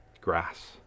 grass